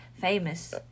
famous